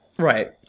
Right